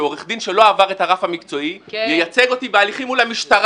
שעורך דין שלא עבר את הרף המקצועי ייצג אותי בהליכים מול המשטרה,